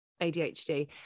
ADHD